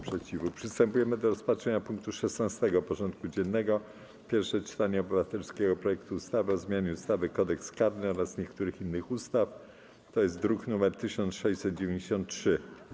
Przystępujemy do rozpatrzenia punktu 16. porządku dziennego: Pierwsze czytanie obywatelskiego projektu ustawy o zmianie ustawy - Kodeks karny oraz niektórych innych ustaw (druk nr 1693)